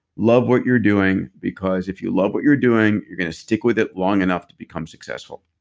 love what you're doing. because if you love what you're doing, you're gonna stick with it long enough to become successful.